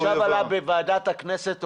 זה עכשיו עלה בוועדת הכנסת,